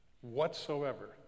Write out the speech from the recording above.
whatsoever